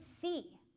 see